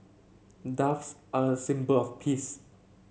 doves are a symbol of peace